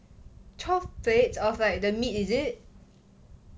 twelve plates of like the meat is it